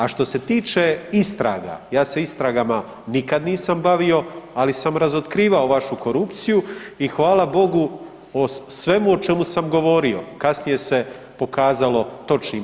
A što se tiče istraga, ja se istragama nikada nisam bavio, ali sam razotkrivao vašu korupciju i hvala Bogu o svemu o čemu sam govorio kasnije se pokazalo točnim.